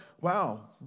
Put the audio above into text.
wow